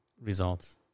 results